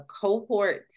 cohort